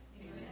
Amen